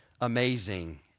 amazing